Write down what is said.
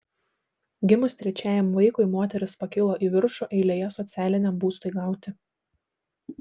gimus trečiajam vaikui moteris pakilo į viršų eilėje socialiniam būstui gauti